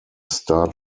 star